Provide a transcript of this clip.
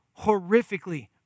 horrifically